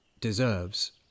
deserves